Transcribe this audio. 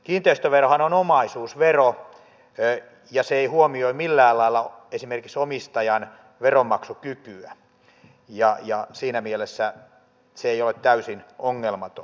kiinteistöverohan on omaisuusvero ja se ei huomioi millään lailla esimerkiksi omistajan veronmaksukykyä ja siinä mielessä se ei ole täysin ongelmaton